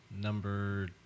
Number